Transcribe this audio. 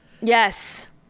Yes